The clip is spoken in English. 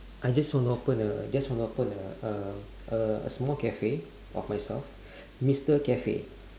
I just wanna open just wanna open a a a small cafe of myself mister cafe